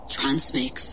Transmix